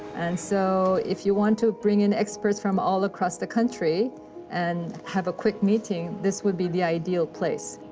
and so, if you want to bring in experts from all across the country and have a quick meeting, this would be the ideal place.